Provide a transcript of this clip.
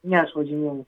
ne aš važinėju